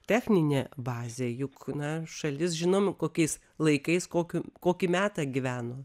techninė bazė juk na šalis žinom kokiais laikais kokiu kokį metą gyveno